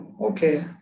okay